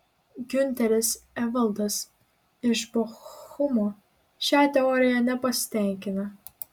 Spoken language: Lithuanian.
giunteris evaldas iš bochumo šia teorija nepasitenkina